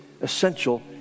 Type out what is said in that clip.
essential